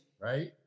right